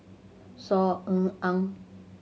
Saw Ean Ang